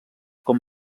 com